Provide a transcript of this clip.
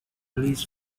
least